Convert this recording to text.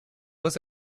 was